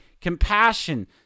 compassion